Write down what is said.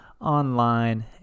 online